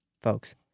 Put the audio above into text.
folks